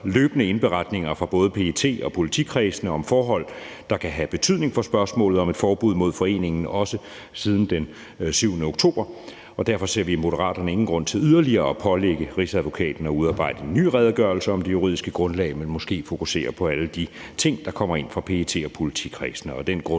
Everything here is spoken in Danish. løbende indberetninger fra både PET og politikredsene om forhold, der kan have betydning for spørgsmålet om et forbud mod foreningen, også siden den 7. oktober. Derfor ser vi i Moderaterne ingen grund til yderligere at pålægge Rigsadvokaten at udarbejde en ny redegørelse om det juridiske grundlag, men måske mere grund til at fokusere på alle de ting, der kommer ind fra PET og politikredsene,